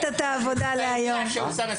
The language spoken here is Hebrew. הגישה שלי,